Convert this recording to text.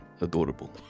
adorable